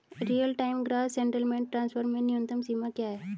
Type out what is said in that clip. Real time gross settlement transfer में न्यूनतम सीमा क्या है?